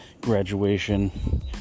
graduation